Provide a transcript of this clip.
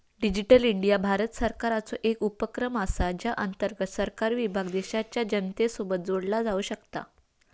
digital India Bharat सरकारचो एक उपक्रम असा ज्या अंतर्गत सरकारी विभाग देशाच्या जनतेसोबत जोडला जाऊ शकता